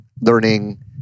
learning